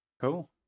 Cool